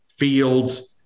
fields